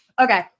Okay